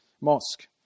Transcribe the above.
mosque